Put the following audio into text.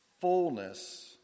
fullness